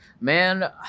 Man